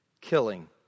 killing